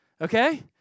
okay